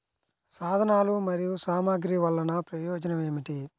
సాధనాలు మరియు సామగ్రి వల్లన ప్రయోజనం ఏమిటీ?